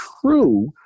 true